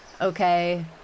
okay